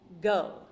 Go